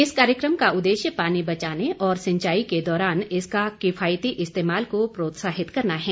इस कार्यक्रम का उद्देश्य पानी बचाने और सिंचाई के दौरान इसका किफायती इस्तेमाल को प्रोत्साहित करना है